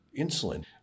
insulin